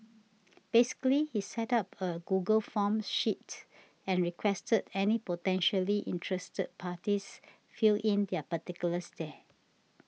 basically he set up a Google Forms sheet and requested any potentially interested parties fill in their particulars there